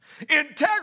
Integrity